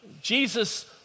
Jesus